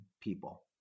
people